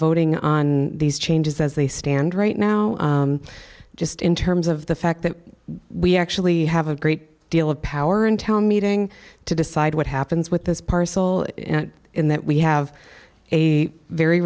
voting on these changes as they stand right now just in terms of the fact that we actually have a great deal of power in town meeting to decide what happens with this parcel in that we have a very